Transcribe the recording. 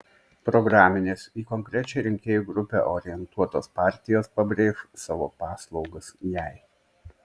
programinės į konkrečią rinkėjų grupę orientuotos partijos pabrėš savo paslaugas jai